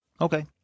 Okay